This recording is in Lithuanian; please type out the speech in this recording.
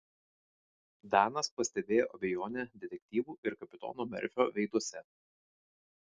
danas pastebėjo abejonę detektyvų ir kapitono merfio veiduose